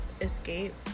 escape